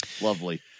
lovely